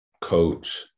coach